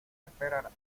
esperar